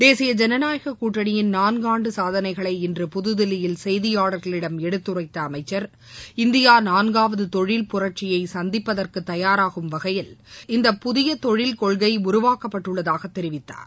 தேசிய ஜனநாயக கூட்டணியின் நான்காண்டு சாதனைகளை இன்று புதுதில்லியில் செய்தியாளர்களிடம் எடுத்துரைத்த அமைச்சர் இந்தியா நான்காவது தொழில்புரட்சியை சந்திப்பதற்கு தயாராகும் வகையில் இந்த புதிய தொழில் கொள்கை உருவாக்கப்பட்டுள்ளதாக தெரிவித்தார்